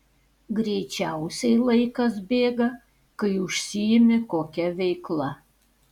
greičiausiai laikas bėga kai užsiimi kokia veikla